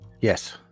yes